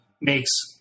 makes